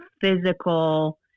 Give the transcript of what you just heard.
physical